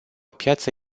piață